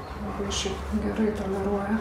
labai šiaip gerai toleruoja